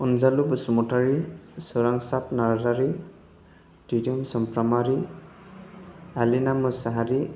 अनजालु बसुमतारि सोरांसार नार्जारि दिदोम सुमफ्रामारि आलिना मुसाहारि